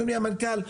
אדוני המנכ"ל,